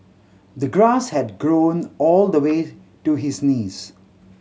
the grass had grown all the way to his knees